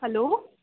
hello